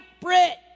Brit